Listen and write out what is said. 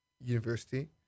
university